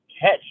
catch